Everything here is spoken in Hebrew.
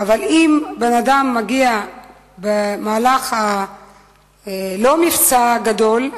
אבל אם אדם מגיע לא במהלך המבצע הגדול,